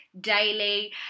daily